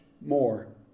more